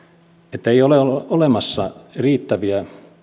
ei ole olemassa riittäviä